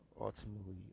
ultimately